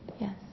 Yes